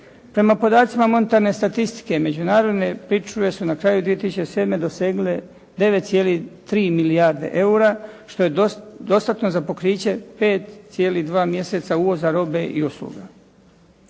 Prema podacima monetarne statistike međunarodne pričuve su na kraju 2007. dosegnule 9,3 milijarde eura, što je dostatno za pokriće 5,2 mjeseca uvoza robe i usluga.